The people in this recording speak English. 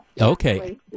Okay